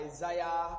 Isaiah